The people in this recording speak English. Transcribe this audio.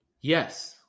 Yes